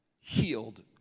healed